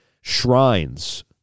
Shrines